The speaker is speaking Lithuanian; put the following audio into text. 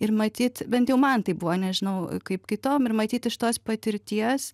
ir matyt bent jau man taip buvo nežinau kaip kitom ir matyt iš tos patirties